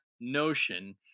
notion